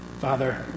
Father